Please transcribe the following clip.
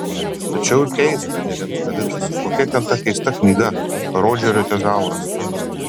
tačiau ir keista nerimsta vitas kokia ten ta keista knyga rodžerio tezauras